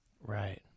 right